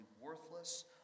worthless